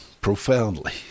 profoundly